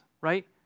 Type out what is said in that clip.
Right